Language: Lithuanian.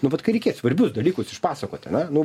nu vat kai reikės svarbius dalykus išpasakoti ane nu